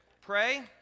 pray